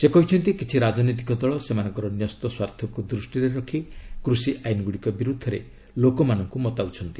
ସେ କହିଛନ୍ତି କିଛି ରାଜନୈତିକ ଦଳ ସେମାନଙ୍କର ନ୍ୟସ୍ୱାର୍ଥକୁ ଦୃଷ୍ଟିରେ ରଖି କୃଷି ଆଇନଗୁଡ଼ିକ ବିରୁଦ୍ଧରେ ଲୋକମାନଙ୍କୁ ମତାଉଛନ୍ତି